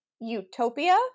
Utopia